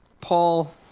Paul